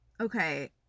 Okay